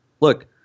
Look